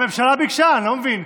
אני לא מבין,